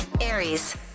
Aries